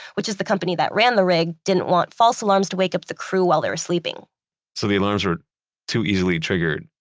which is the company that ran the rig, didn't want false alarms to wake up the crew while they were sleeping so the alarms were too easily triggered,